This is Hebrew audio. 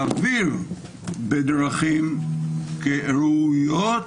בדרכים ראויות.